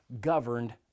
governed